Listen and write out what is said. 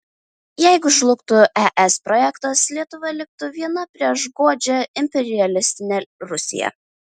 jeigu žlugtų es projektas lietuva liktų viena prieš godžią imperialistinę rusiją